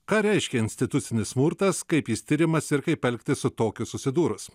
ką reiškia institucinis smurtas kaip jis tiriamas ir kaip elgtis su tokiu susidūrus